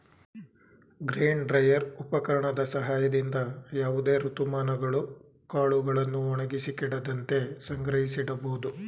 grain dryer ಉಪಕರಣದ ಸಹಾಯದಿಂದ ಯಾವುದೇ ಋತುಮಾನಗಳು ಕಾಳುಗಳನ್ನು ಒಣಗಿಸಿ ಕೆಡದಂತೆ ಸಂಗ್ರಹಿಸಿಡಬೋದು